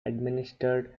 administered